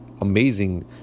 amazing